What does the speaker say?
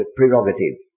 prerogative